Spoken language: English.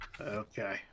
Okay